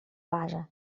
base